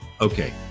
Okay